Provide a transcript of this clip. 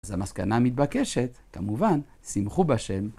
אז המסקנה מתבקשת, כמובן, שימחו בשם.